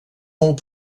molt